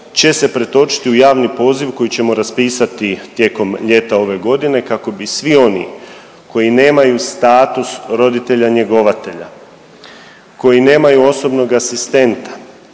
će se pretočiti u javni poziv koji ćemo raspisati tijekom ljeta ove godine kako bi svi oni koji nemaju status roditelja njegovatelja, koji nemaju osobnog asistenta,